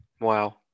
wow